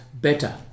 better